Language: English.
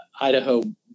Idaho